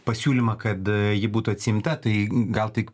pasiūlymą kad ji būtų atsiimta tai gal tik